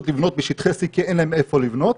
לבנות בשטחי C כי אין להם איפה לבנות,